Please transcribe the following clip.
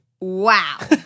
Wow